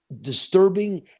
disturbing